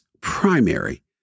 primary